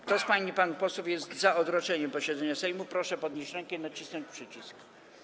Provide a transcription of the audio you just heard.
Kto z pań i panów posłów jest za odroczeniem posiedzenia Sejmu, zechce podnieść rękę i nacisnąć przycisk.